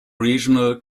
regional